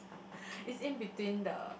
it's in between the